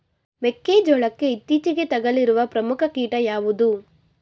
ಮೆಕ್ಕೆ ಜೋಳಕ್ಕೆ ಇತ್ತೀಚೆಗೆ ತಗುಲಿರುವ ಪ್ರಮುಖ ಕೀಟ ಯಾವುದು?